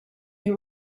you